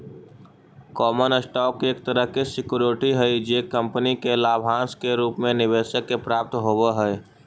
common stock एक तरह के सिक्योरिटी हई जे कंपनी के लाभांश के रूप में निवेशक के प्राप्त होवऽ हइ